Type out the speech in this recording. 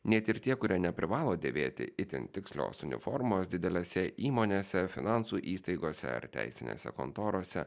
net ir tie kurie neprivalo dėvėti itin tikslios uniformos didelėse įmonėse finansų įstaigose ar teisinėse kontorose